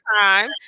time